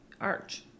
arch